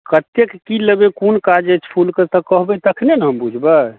कतेक कि लेबै कोन काज अछि फूलके तऽ कहबै तखने ने हम बुझबै